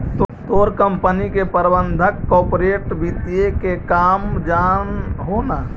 तोर कंपनी के प्रबंधक कॉर्पोरेट वित्त के काम जान हो न